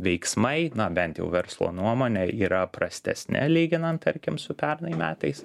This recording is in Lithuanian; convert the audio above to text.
veiksmai na bent jau verslo nuomone yra prastesni lyginant tarkim su pernai metais